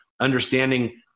understanding